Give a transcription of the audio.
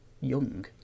Young